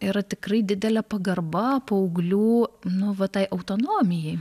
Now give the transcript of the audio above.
yra tikrai didelė pagarba paauglių nu va tai autonomijai